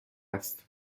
است